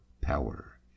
power